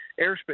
airspace